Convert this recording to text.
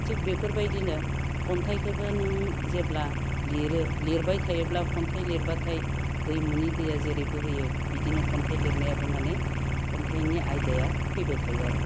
थिग बेफोरबायदिनो खन्थाइखोबो नों जेब्ला लिरो लिरबाय थायोब्ला खन्थाइ लिरब्लाथाय दैमुनो दैया जेरै बोहैयो बिदिनो खन्थाइ लिरनायाबो माने खन्थाइनि आयदाया फैबाय थायो आरो